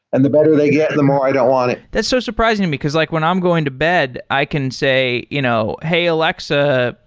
and the better they get, the more i don't want it. that's so surprising, because like when i'm going to bed, i can say, you know hey, alexa,